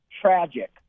tragic